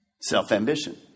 Self-ambition